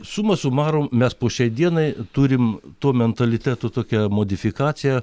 suma sumarum mes po šiai dienai turime to mentaliteto tokią modifikaciją